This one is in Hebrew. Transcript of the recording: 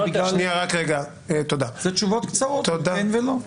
אלה תשובות של כן ולא.